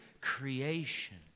creation